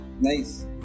Nice